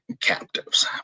captives